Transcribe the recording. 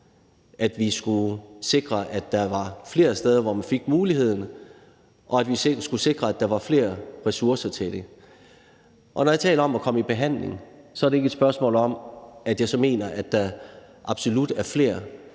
at vi skulle sikre, at der var flere steder, hvor man fik muligheden, og at vi skulle sikre, at der var flere ressourcer til det. Og når jeg taler om at komme i behandling, er det ikke et spørgsmål om, at jeg så mener, at der absolut er flere,